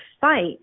fight